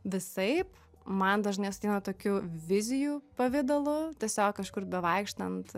visaip man dažnai jos ateina tokiu vizijų pavidalu tiesiog kažkur bevaikštant